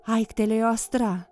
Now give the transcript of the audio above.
aiktelėjo astra